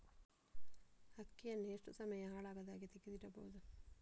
ಅಕ್ಕಿಯನ್ನು ಎಷ್ಟು ಸಮಯ ಹಾಳಾಗದಹಾಗೆ ತೆಗೆದು ಇಡಬಹುದು?